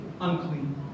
unclean